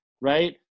right